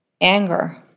anger